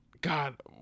God